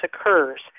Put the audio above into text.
occurs